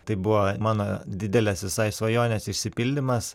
tai buvo mano didelės visai svajonės išsipildymas